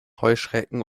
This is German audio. heuschrecken